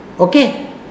Okay